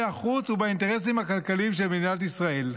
החוץ ובאינטרסים כלכליים של מדינת ישראל".